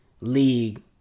league